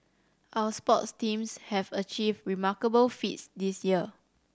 our sports teams have achieved remarkable feats this year